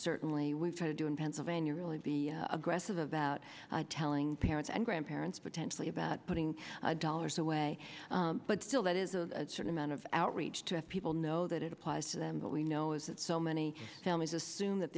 certainly we've tried to do in pennsylvania really be aggressive about telling parents and grandparents potentially about putting dollars away but still that is a certain amount of outreach to people know that it applies to them but we know is that so many families assume that